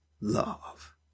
love